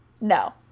No